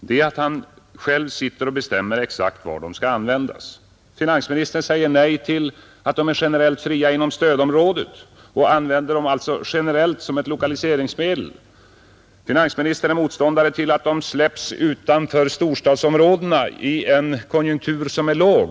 Det är att han själv sitter och bestämmer exakt var de skall användas. Finansministern säger nej till att de skulle bli generellt fria inom stödområdet och att man använder dem alltså generellt som ett lokaliseringsmedel. Finansministern är motståndare till att de släpps utanför storstadsområdena i en konjunktur som är låg.